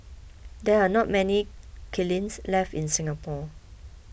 there are not many kilns left in Singapore